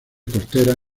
costera